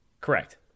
Correct